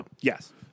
Yes